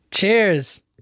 Cheers